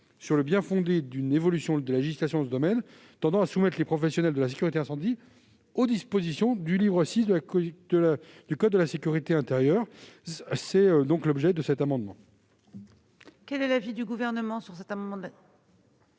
sur le bien-fondé d'une évolution de la législation dans ce domaine pour soumettre les professionnels de la sécurité incendie aux dispositions du livre VI du code de la sécurité intérieure. Tel est l'objet de cet amendement. Quel est l'avis du Gouvernement ? Défavorable.